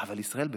אבל ישראל ביתנו?